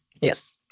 Yes